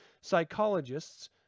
psychologists